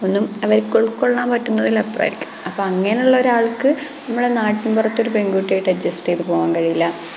ഒന്നും അവര്ക്ക് ഉള്ക്കൊള്ളാന് പറ്റുന്നതില് അപ്പുറമായിരിക്കും അപ്പോൾ അങ്ങനെയുള്ള ഒരാൾക്ക് നമ്മളെ നാട്ടിൻ പുറത്തെ ഒരു പെൺകുട്ടിയുമായിട്ട് അഡ്ജസ്റ്റ് ചെയ്തു പോകാന് കഴിയില്ല